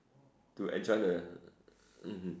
to enjoy the mmhmm